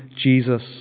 Jesus